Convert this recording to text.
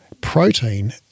Protein